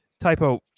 typo